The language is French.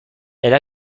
elle